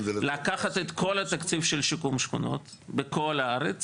לקחת את כל התקציב של שיקום שכונות בכל הארץ